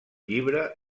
llibre